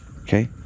okay